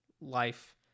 life